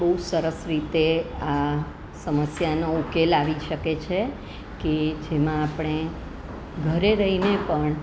બહુ સરસ રીતે આ સમસ્યાનો ઉકેલ આવી શકે છે કે જેમાં આપણે ઘરે રહીને પણ